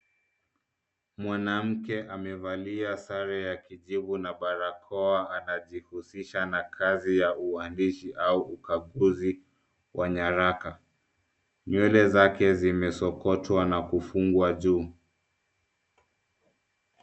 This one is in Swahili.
Mwanamke amevalia sare ya kijivu na barakoa anajihusisha na kazi ya uandishi au ukaguzi wa nyaraka. Nywele zake zimesokotwa na kufungwa juu.